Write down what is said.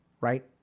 Right